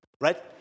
right